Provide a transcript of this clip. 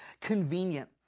convenient